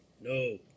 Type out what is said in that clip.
No